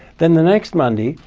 then the next monday,